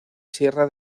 sierra